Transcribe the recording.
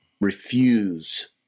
refuse